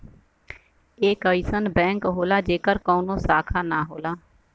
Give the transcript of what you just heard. एक अइसन बैंक होला जेकर कउनो शाखा ना होला